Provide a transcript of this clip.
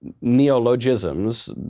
neologisms